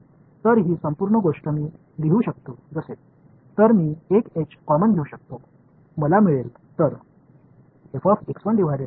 மாணவர் எனவே அதன் கோஏபிசிஎன்ட் இந்த இடைவெளியில் இருக்கும் இதேபோல் இங்கே ஒரு உள்ளது